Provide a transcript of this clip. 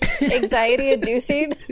anxiety-inducing